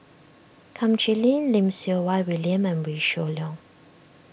Kum Chee Lim Lim Siew Wai William and Wee Shoo Leong